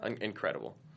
incredible